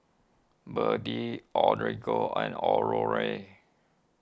Birdie and Aurore